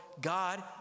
God